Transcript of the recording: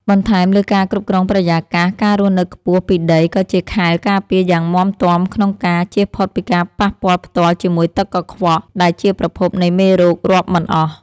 បន្ថែមលើការគ្រប់គ្រងបរិយាកាស ការរស់នៅខ្ពស់ពីដីក៏ជាខែលការពារយ៉ាងមាំទាំក្នុងការ ជៀសផុតពីការប៉ះពាល់ផ្ទាល់ជាមួយទឹកកខ្វក់ ដែលជាប្រភពនៃមេរោគរាប់មិនអស់។